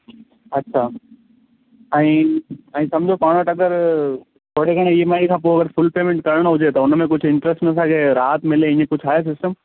अच्छा ऐं ऐं सम्झो पाण वटि अगरि थोरे घणे ई एम आई खां पोइ अगरि फ़ुल पेमेंट करिणो हुजे त उन में कुझु इंटरस्ट में असांखे राहत मिले ईअं कुझु आहे सिस्टम